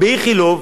"איכילוב",